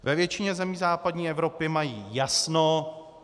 Ve většině zemí západní Evropy mají jasno.